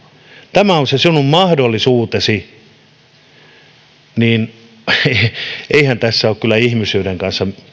tämä on se sinun mahdollisuutesi ja ehei eihän tässä ole kyllä ihmisyyden kanssa